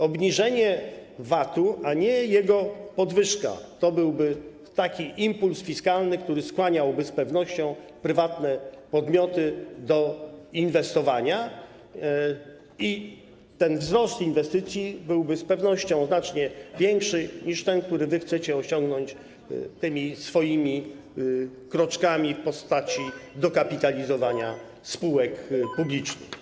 Obniżenie VAT-u, a nie jego podwyżka - to byłby taki impuls fiskalny, który skłaniałby z pewnością prywatne podmioty do inwestowania, i wzrost inwestycji byłby z pewnością znacznie większy niż ten, który wy chcecie osiągnąć tymi swoimi kroczkami w postaci dokapitalizowania spółek publicznych.